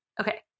okay